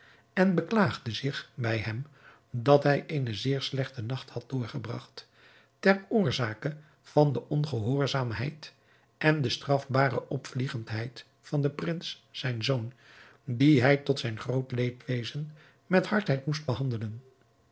en beklaagde zich bij hem dat hij eenen zeer slechten nacht had doorgebragt ter oorzake van de ongehoorzaamheid en strafbare opvliegendheid van den prins zijn zoon dien hij tot zijn groot leedwezen met hardheid moest behandelen